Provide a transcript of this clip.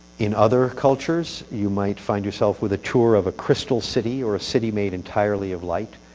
in other cultures, you might find yourself with a tour of a crystal city or city made entirely of light.